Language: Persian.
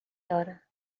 دارم